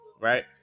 right